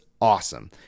awesome